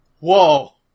Whoa